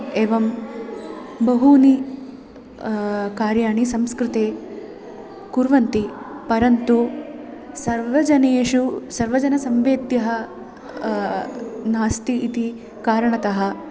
एवं बहूनि कार्याणि संस्कृते कुर्वन्ति परन्तु सर्वजनेषु सर्वजनसम्वेद्यः नास्ति इति कारणतः